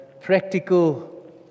practical